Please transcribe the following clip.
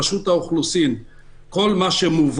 הרשות מאשרת מידית את כל מה שמובהק.